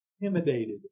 intimidated